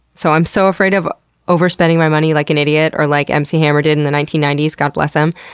so i'm so afraid of over-spending my money like an idiot, or like m c. hammer did in the nineteen ninety s, god bless him,